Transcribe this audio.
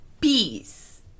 peace